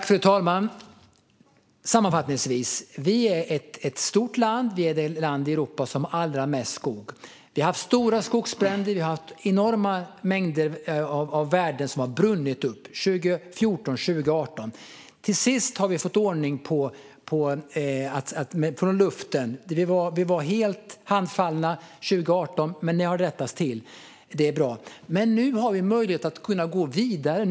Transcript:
Fru talman! Sammanfattningsvis: Sverige är ett stort land. Det är det land i Europa som har allra mest skog. Vi har haft stora skogsbränder. Enormt stora värden brann upp 2014 och 2018. Till slut har vi fått ordning på insatser från luften. Vi stod helt handfallna 2018, men nu har det rättats till. Det är bra. Nu har vi dock möjlighet att gå vidare.